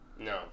No